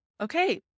Okay